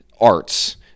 arts